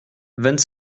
vingt